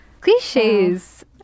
Cliches